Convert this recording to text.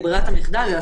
האלה?